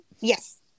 Yes